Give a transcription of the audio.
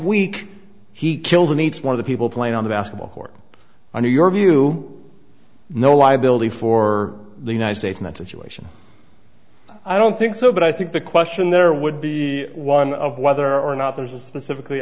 week he killed in each one of the people playing on the basketball court under your view no liability for the united states in that situation i don't think so but i think the question there would be one of whether or not there's a specifically